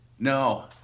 No